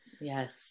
Yes